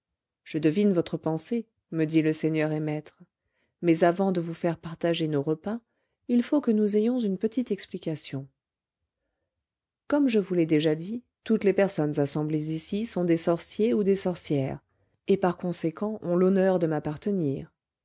je devine votre pensée me dit le seigneur et maître mais avant de vous faire partager nos repas il faut que nous ayons une petite explication comme je vous l'ai déjà dit toutes les personnes assemblées ici sont des sorciers ou des sorcières et par conséquent ont l'honneur de m'appartenir